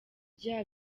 bya